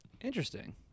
interesting